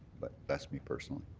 but that's me personally.